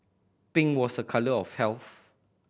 pink was a colour of health